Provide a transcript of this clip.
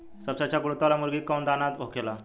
सबसे अच्छा गुणवत्ता वाला मुर्गी के कौन दाना होखेला?